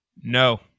No